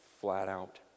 flat-out